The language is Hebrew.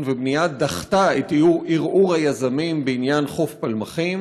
ובנייה דחתה את ערעור היזמים בעניין חוף פלמחים,